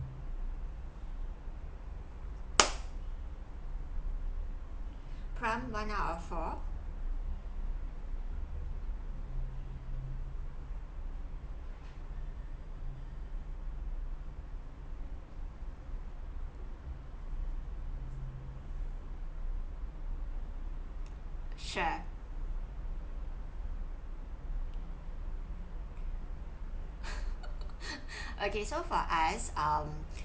prime one out of four share okay so for us um